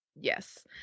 Yes